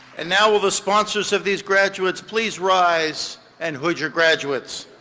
and now will the sponsors of these graduates please rise and hood your graduates.